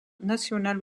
nationales